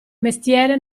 mestiere